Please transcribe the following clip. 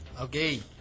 Okay